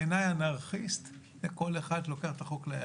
בעיניי, אנרכיסט זה כל אחד שלוקח את החוק לידיים.